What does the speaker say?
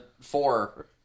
four